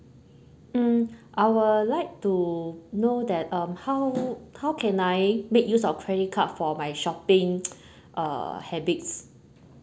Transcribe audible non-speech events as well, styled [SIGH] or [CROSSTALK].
mm I will like to know that um how how can I make use of credit card for my shopping [NOISE] uh habits